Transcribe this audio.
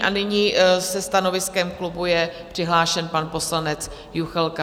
A nyní se stanoviskem klubu je přihlášen pan poslanec Juchelka.